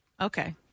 Okay